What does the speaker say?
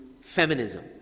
feminism